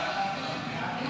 ההצעה להעביר